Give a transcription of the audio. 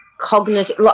cognitive